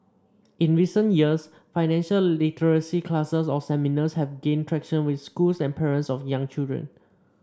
in recent years financial literacy classes or seminars have gained traction with schools and parents of young children